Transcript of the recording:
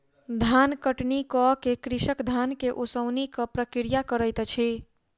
धान कटनी कअ के कृषक धान के ओसौनिक प्रक्रिया करैत अछि